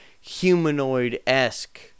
humanoid-esque